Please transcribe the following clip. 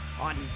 on